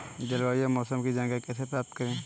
जलवायु या मौसम की जानकारी कैसे प्राप्त करें?